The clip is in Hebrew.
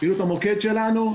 ציוד המוקד שלנו,